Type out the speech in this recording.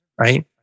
right